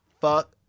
fuck